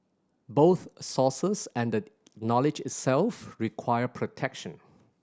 both sources and the knowledge itself require protection